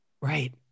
Right